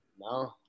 No